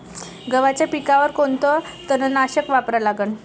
गव्हाच्या पिकावर कोनचं तननाशक वापरा लागन?